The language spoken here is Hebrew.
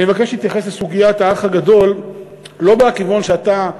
אני מבקש להתייחס לסוגיית "האח הגדול"; לא בכיוון שאתה,